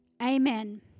amen